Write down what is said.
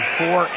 four